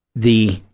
the